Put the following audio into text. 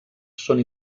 són